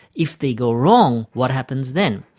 if they go wrong, what happens then.